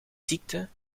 ziekte